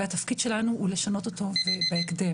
והתפקיד שלנו הוא לשנות אותו בהקדם.